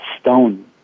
stone